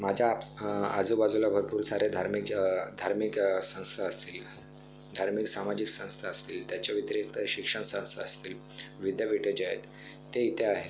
माझ्या आजूबाजूला भरपूर सारे धार्मिक धार्मिक संस्था असतील धार्मिक सामाजिक संस्था असतील त्याच्या व्यतिरिक्त शिक्षण संस्था असतील विद्यापीठे जे आहेत ते इथे आहे